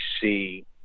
see